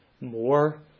more